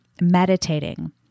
meditating